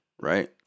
right